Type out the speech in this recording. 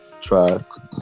tracks